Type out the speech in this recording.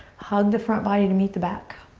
hug the front body to meet the back.